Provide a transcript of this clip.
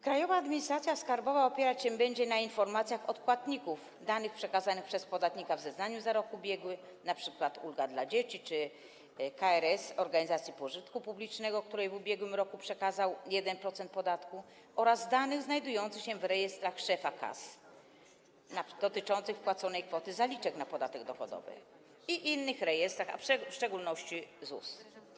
Krajowa Administracja Skarbowa opierać się będzie na informacjach od płatników, danych przekazanych przez podatnika w zeznaniu za rok ubiegły, np. ulga dla dzieci, nr KRS organizacji pożytku publicznego, której w ubiegłym roku przekazał 1% podatku, oraz danych znajdujących się w rejestrach szefa KAS dotyczących wpłaconej kwoty zaliczek na podatek dochodowy i innych rejestrach, w szczególności ZUS.